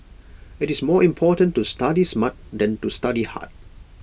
IT is more important to study smart than to study hard